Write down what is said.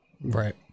right